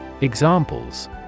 Examples